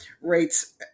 rates